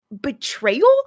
betrayal